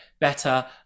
better